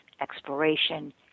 exploration